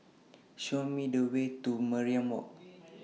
Show Me The Way to Mariam Walk